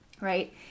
right